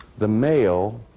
the male